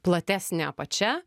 platesnė apačia